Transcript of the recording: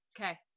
Okay